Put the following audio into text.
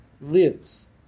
lives